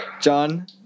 John